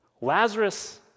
Lazarus